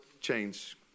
change